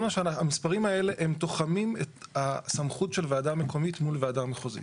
המספרים האלה הם תוחמים את הסמכות של הוועדה המקומית מול ועדה מחוזית.